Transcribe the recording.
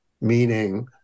meaning